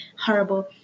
horrible